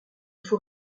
faut